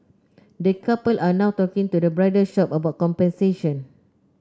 the couple are now talking to the bridal shop about compensation